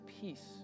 peace